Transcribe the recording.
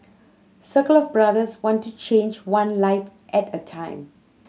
circle of Brothers wants to change one life at a time